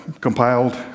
compiled